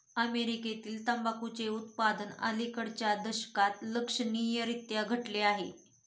अमेरीकेतील तंबाखूचे उत्पादन अलिकडच्या दशकात लक्षणीयरीत्या घटले आहे